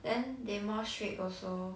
then they more strict also